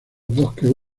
bosques